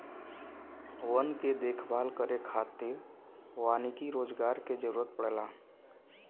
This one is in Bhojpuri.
वन के देखभाल करे खातिर वानिकी रोजगार के जरुरत पड़ला